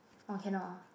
oh cannot ah